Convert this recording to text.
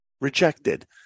Rejected